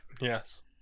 Yes